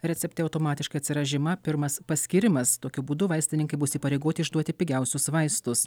recepte automatiškai atsiras žyma pirmas paskyrimas tokiu būdu vaistininkai bus įpareigoti išduoti pigiausius vaistus